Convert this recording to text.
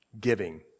Giving